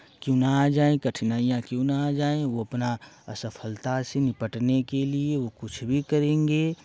क्यों ना आ जाएं कठिनाइयां क्यों ना आ जाएँ ओ अपना असफलता से निपटने के लिए वो कुछ भी करेंगे